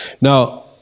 Now